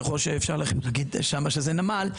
ככל שאפשר להגיד שם שזה נמל,